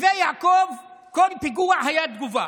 כל פיגוע היה תגובה.